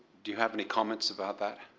do you have any comments about that?